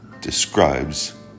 describes